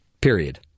period